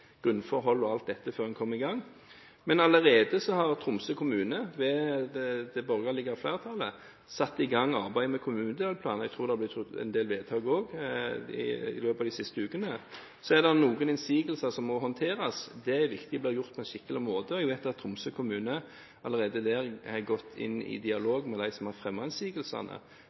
grunnforhold og alt dette før en kommer i gang. Men Tromsø kommune, ved det borgerlige flertallet, har allerede satt i gang arbeidet med kommunedelplanen. Jeg tror det er blitt gjort en del vedtak også i løpet av de siste ukene. Så er det noen innsigelser som må håndteres. Det er viktig at det blir gjort på en skikkelig måte. Jeg vet at Tromsø kommune der allerede har gått inn i dialog med dem som har fremmet innsigelsene.